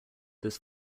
this